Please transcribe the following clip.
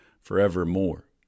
forevermore